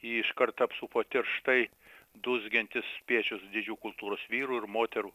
jį iškart apsupo tirštai dūzgiantis spiečius didžių kultūros vyrų ir moterų